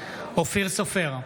אופיר סופר,